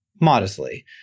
modestly